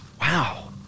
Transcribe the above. wow